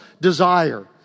Desire